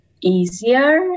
easier